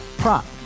prop